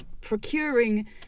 procuring